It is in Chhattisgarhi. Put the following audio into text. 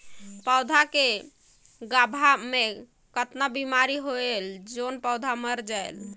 पौधा के गाभा मै कतना बिमारी होयल जोन पौधा मर जायेल?